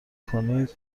کنید